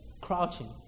crouching